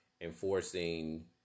enforcing